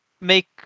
make